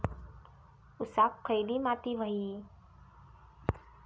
ऊसाक खयली माती व्हयी?